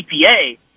EPA